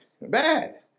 Bad